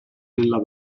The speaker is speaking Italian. nella